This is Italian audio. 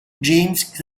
james